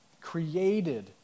created